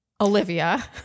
Olivia